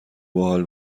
باحال